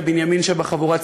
הבנימין שבחבורה,